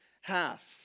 half